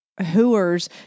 hooers